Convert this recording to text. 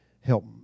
Help